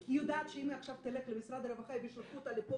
כי היא יודעת שאם היא עכשיו תלך למשרד הרווחה הם ישלחו אותה לפה